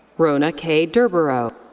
rona k. durborow.